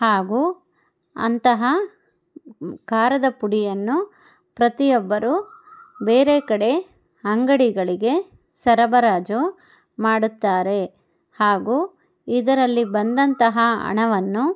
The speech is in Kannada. ಹಾಗೂ ಅಂತಹ ಖಾರದ ಪುಡಿಯನ್ನು ಪ್ರತಿಯೊಬ್ಬರು ಬೇರೆ ಕಡೆ ಅಂಗಡಿಗಳಿಗೆ ಸರಬರಾಜು ಮಾಡುತ್ತಾರೆ ಹಾಗೂ ಇದರಲ್ಲಿ ಬಂದಂತಹ ಹಣವನ್ನು